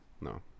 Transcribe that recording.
No